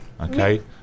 Okay